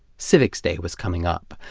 civics day was coming up.